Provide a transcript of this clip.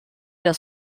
der